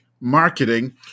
marketing